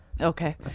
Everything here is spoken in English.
Okay